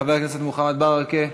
חבר הכנסת מוחמד ברכה,